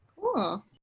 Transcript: cool